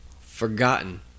Forgotten